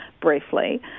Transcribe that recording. briefly